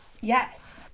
yes